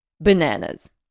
Bananas